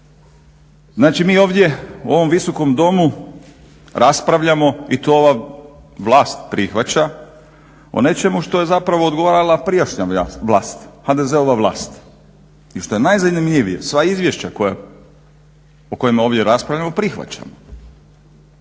Znači mi ovdje u ovom Visokom domu raspravljamo i to vlast prihvaća o nečemu što je zapravo odgovarala prijašnja vlast, HDZ-ova vlast. I što je najzanimljivije sva izvješća o kojima ovdje raspravljamo prihvaćamo.